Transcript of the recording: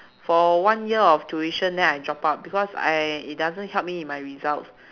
for one year of tuition then I drop out because I it doesn't help me in my results